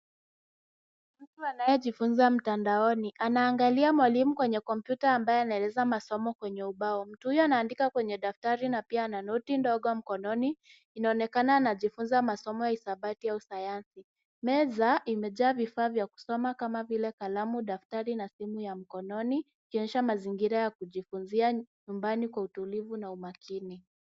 Mtu anayejifunza mtandaoni anaangalia mwalimu kwenye kompyuta ambayo anaeleza masomo kwenye ubao. Mtu huyo anaandika kwenye daftari na pia ana noti ndogo mkononi. Inaonekana anajifunza masomo ya hisabati au sayansi. Meza imejaa vifaa vya kusoma kama vile kalamu, daftari na simu ya mkononi ikionyesha mazingira ya kujifunzia nyumbani kwa utulivu na umakini.